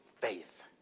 faith